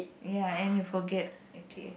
ya and you forget